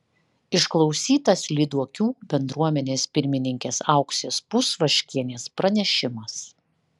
išklausytas lyduokių bendruomenės pirmininkės auksės pusvaškienės pranešimas